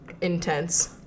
intense